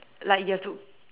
like you have to